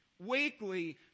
weekly